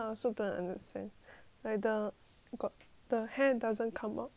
like the got the hair doesn't come out